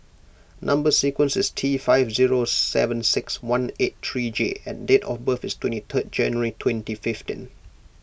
Number Sequence is T five zero seven six one eight three J and date of birth is twenty third January twenty fifteen